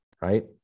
right